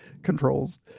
controls